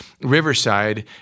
Riverside